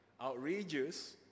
outrageous